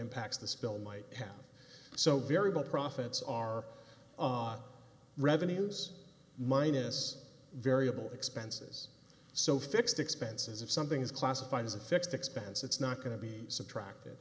impacts the spill might have so variable profits are not revenues minus variable expenses so fixed expenses if something is classified as a fixed expense it's not going to be subtracted